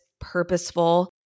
purposeful